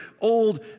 old